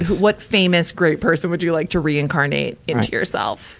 what famous great person would you like to reincarnate into yourself?